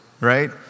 right